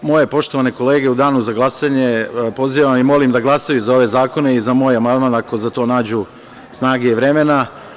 Moje poštovane kolege u danu za glasanje pozivam i molim da glasaju za ove zakone i za moj amandman, ako za to nađu snage i vremena.